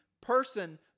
person